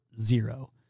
zero